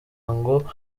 ngo